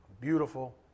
beautiful